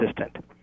assistant